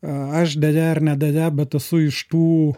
aš deja ar ne deja bet esu iš tų